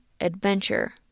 adventure